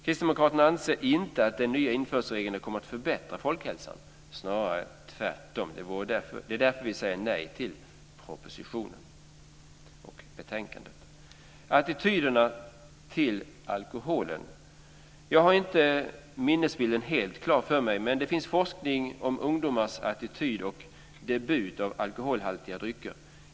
Kristdemokraterna anser inte att de nya införselreglerna kommer att förbättra folkhälsan, snarare tvärtom. Det är därför vi säger nej till propositionen och hemställan i betänkandet. Vad gäller attityderna till alkoholen vill jag säga följande. Jag har inte minnesbilden helt klar för mig, men det finns forskning om ungdomars attityd och debut vad gäller alkoholhaltiga drycker.